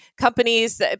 Companies